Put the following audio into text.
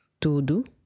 tudo